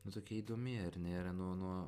nu tokia įdomi ar ne yra nuo nuo